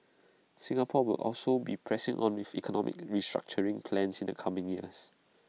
Singapore will also be pressing on with economic restructuring plans in the coming years